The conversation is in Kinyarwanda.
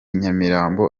nyamirambo